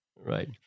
Right